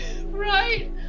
Right